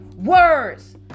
Words